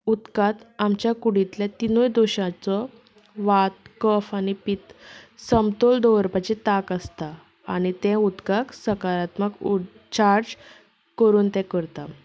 उदकांत आमच्या कुडींतले तिनूय दोशांचो वा कफ आनी पीत समतोल दवरपाची तांक आसता आनी त्या उदकाक सकारात्मक चार्ज करून तें करतात